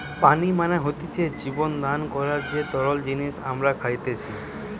পানি মানে হতিছে জীবন দান করার যে তরল জিনিস আমরা খাইতেসি